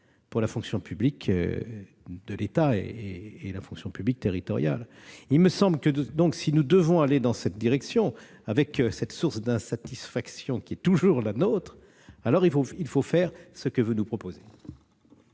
pour la fonction publique de l'État et la fonction publique territoriale. Si nous devons aller dans cette direction, malgré cette source d'insatisfaction qui demeure, alors il faut faire ce que vous nous proposez.